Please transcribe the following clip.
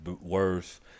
worse